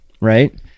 Right